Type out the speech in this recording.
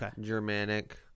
Germanic